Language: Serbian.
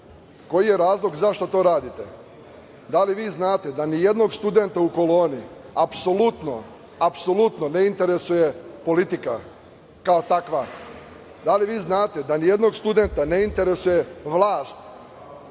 Koji je razlog zašto to radite? Da li vi znate da nijednog studenta u koloni, apsolutno ne interesuje politika kao takva? Da li vi znate da nijednog studenta ne interesuje vlast,